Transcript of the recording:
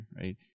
right